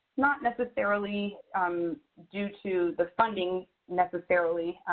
not necessarily um due to the funding necessarily,